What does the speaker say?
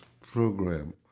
program